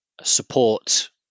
support